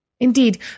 Indeed